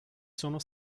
sono